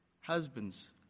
Husbands